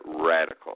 radical